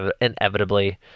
inevitably